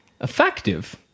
effective